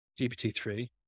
GPT-3